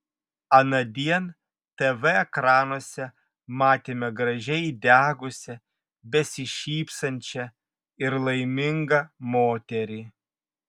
anądien tv ekranuose matėme gražiai įdegusią besišypsančią ir laimingą moterį